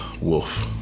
wolf